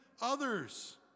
others